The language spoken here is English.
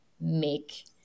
make